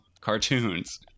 cartoons